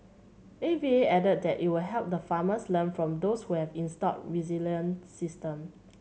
A V A added that it will help the farmers learn from those who have installed resilient system